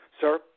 Sir